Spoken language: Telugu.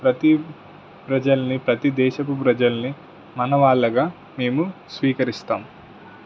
ప్రతి ప్రజల్ని ప్రతి దేశకు ప్రజల్ని మనవాళ్ళగా మేము స్వీకరిస్తాం